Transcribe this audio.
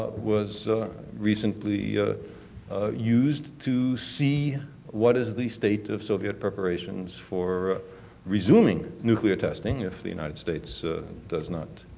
was recently used to see what is the state of soviet preparations for resuming nuclear testing if the united states does not